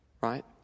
right